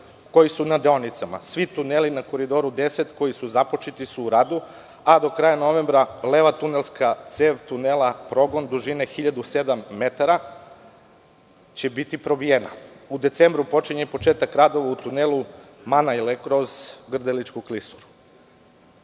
koji su na deonicama. Svi tuneli na Koridoru 10 koji su započeti su u radu, a do kraja novembra leva tunelska cev tunela Progon, dužine 1007 metara, će biti probijena. U decembru počinje i početak radova u tunelu Manajle kroz Grdeličku klisuru.